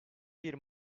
bir